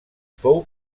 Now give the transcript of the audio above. fou